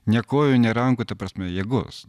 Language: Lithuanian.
ne kojų ne rankų ta prasme jėgos